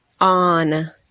on